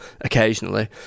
occasionally